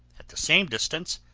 at the same distance,